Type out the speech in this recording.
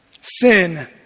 Sin